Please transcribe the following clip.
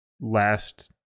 last